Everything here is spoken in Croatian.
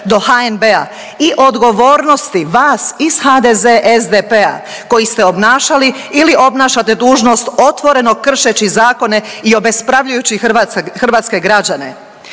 do HNB-a i odgovornosti vas iz HDZ-SDP-a koji ste obnašali ili obnašate dužnost otvoreno kršeći zakone i obespravljujući hrvatske građane.